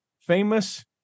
famous